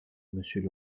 monsieur